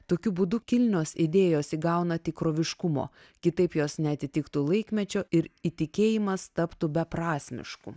tokiu būdu kilnios idėjos įgauna tikroviškumo kitaip jos neatitiktų laikmečio ir įtikėjimas taptų beprasmišku